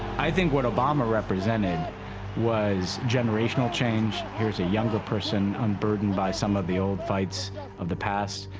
i think what obama represented was generational change. here's a younger person unburdened by some of the old fights of the past.